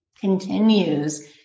continues